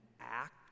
act